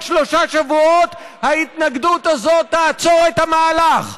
שלושה שבועות ההתנגדות הזאת תעצור את המהלך,